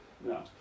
No